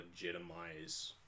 legitimize